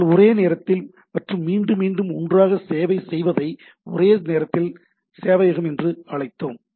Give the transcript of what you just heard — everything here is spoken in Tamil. நாங்கள் ஒரே நேரத்தில் மற்றும் மீண்டும் மீண்டும் ஒவ்வொன்றாக சேவை செய்வதை ஒரே நேரத்தில் சேவையகம் என்று அழைத்தோம்